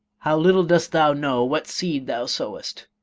how little dost thou know what seed thou sowest!